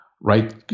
right